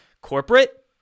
Corporate